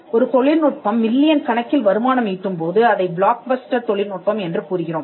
ஒரு தொழில்நுட்பம் மில்லியன் கணக்கில் வருமானம் ஈட்டும் போது அதை பிளாக்பஸ்டர் தொழில்நுட்பம் என்று கூறுகிறோம்